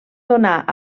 donar